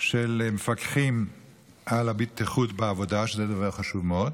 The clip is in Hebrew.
של מפקחים על הבטיחות בעבודה, שזה דבר חשוב מאוד,